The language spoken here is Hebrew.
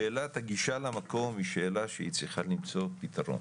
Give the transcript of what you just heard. שאלת הגישה למקום היא שאלה שהיא צריכה למצוא פתרון,